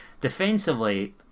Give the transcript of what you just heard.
Defensively